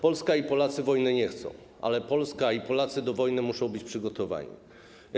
Polska i Polacy wojny nie chcą, ale Polska i Polacy do wojny muszą być przygotowani.